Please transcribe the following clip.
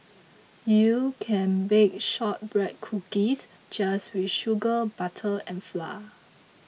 you can bake Shortbread Cookies just with sugar butter and flour